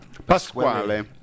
Pasquale